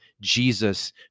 Jesus